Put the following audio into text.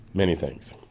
many thanks.